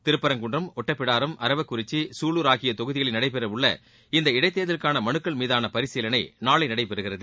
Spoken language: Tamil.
திருப்பரங்குன்றம் ஒட்டப்பிடாரம் அரவக்குறிச்சி சூலூர் ஆகிய தொகுதிகளில் நடைபெறவுள்ள இந்த இடைத் தேர்தலுக்கான மனுக்கள் மீதான பரிசீலனை நாளை நடைபெறுகிறது